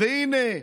והינה,